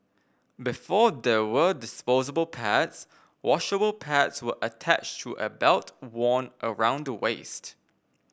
before there were disposable pads washable pads were attached to a belt worn around the waist